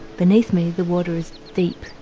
beneath me the water is deep,